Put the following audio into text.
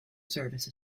service